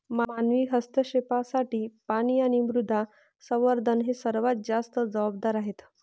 मानवी हस्तक्षेपासाठी पाणी आणि मृदा संवर्धन हे सर्वात जास्त जबाबदार आहेत